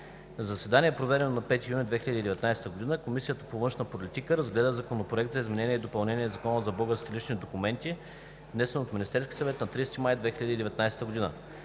заседание, проведено на 5 юни 2019 г., Комисията по външна политика разгледа Законопроект за изменение и допълнение на Закона за българските лични документи, внесен от Министерския съвет на 30 май 2019 г.